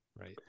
Right